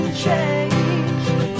change